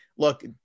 Look